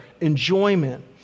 enjoyment